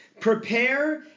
prepare